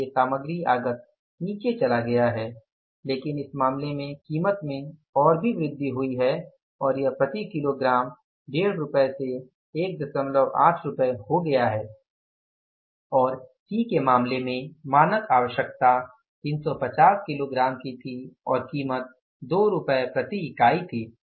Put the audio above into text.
इसलिए सामग्री आगत नीचे चला गया है लेकिन इस मामले में कीमत में और भी वृद्धि हुई है और यह प्रति किलोग्राम 15 से 18 हो गया है और सी के मामले में मानक आवश्यकता 350 किलोग्राम थी और कीमत 2 रुपये प्रति इकाई थी